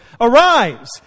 Arise